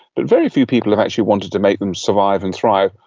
but very few people have actually wanted to make them survive and thrive,